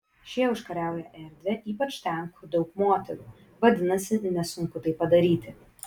šie užkariauja erdvę ypač ten kur daug moterų vadinasi nesunku tai padaryti